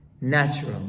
Natural